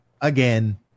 Again